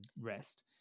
rest